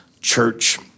church